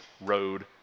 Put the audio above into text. road